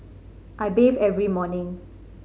I bathe every morning